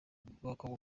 bwoko